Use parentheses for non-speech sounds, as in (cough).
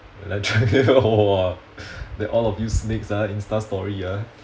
like (laughs) !wah! then all of you snakes ah insta story ah